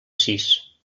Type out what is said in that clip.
sis